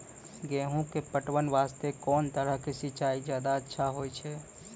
गेहूँ के पटवन वास्ते कोंन तरह के सिंचाई ज्यादा अच्छा होय छै?